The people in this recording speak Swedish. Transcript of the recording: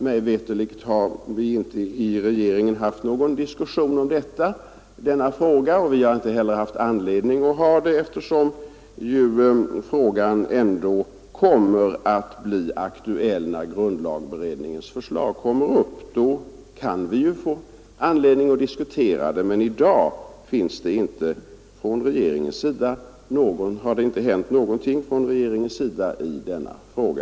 Mig veterligt har inte regeringen haft någon diskussion om denna fråga, och vi har inte heller haft anledning att ha det, eftersom frågan ändå kommer att bli aktuell när grundlagberedningens förslag föreligger. Då kan vi ju få anledning att diskutera den, men i dag har det inte hänt någonting från regeringens sida i denna fråga.